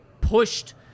pushed